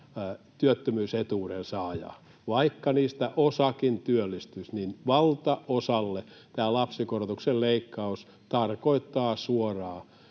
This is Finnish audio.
työttömyysetuuden saajaa. Vaikka niistä osakin työllistyisi, niin valtaosalle tämä lapsikorotuksen leikkaus tarkoittaa suoraa